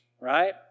right